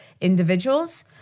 individuals